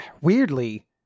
weirdly